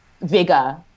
vigor